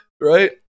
Right